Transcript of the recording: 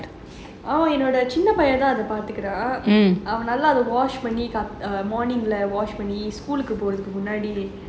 என்னோட சின்ன பையன் தான் அத பாத்துகுறான் அவனால அத:ennoda chinna paiyan thaan atha paathukuran avanala atha wash பண்ணி:panni school போறதுக்கு முன்னாடி:porathuku munnadi